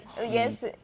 Yes